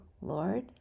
Lord